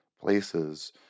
places